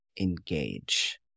engage